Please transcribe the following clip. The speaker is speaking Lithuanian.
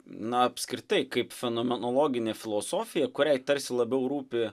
na apskritai kaip fenomenologinė filosofija kuriai tarsi labiau rūpi